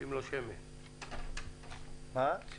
אני רוצה